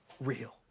real